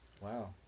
Wow